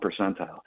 percentile